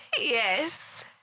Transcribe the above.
Yes